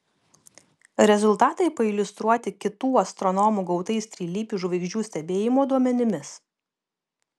rezultatai pailiustruoti kitų astronomų gautais trilypių žvaigždžių stebėjimo duomenimis